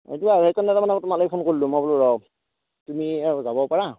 এইটো আৰু সেইকাৰণে তাৰমানে মই তোমালে ফোন কৰিলোঁ মই বোলো ৰ' তুমি আৰু যাব পাৰা